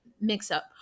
mix-up